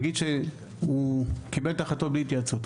נגיד שהוא קיבל את ההחלטות בלי התייעצות,